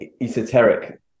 esoteric